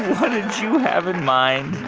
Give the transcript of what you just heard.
what did you have in mind?